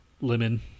Lemon